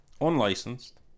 unlicensed